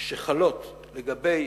שחלות לגבי